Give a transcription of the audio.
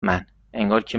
من، انگارکه